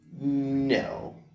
No